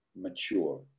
mature